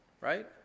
right